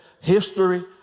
history